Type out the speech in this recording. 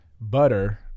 butter